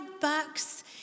bucks